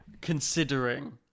Considering